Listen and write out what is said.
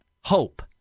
hope